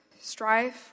strife